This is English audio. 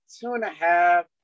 two-and-a-half